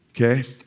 Okay